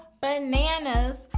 bananas